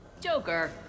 Joker